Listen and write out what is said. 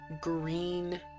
green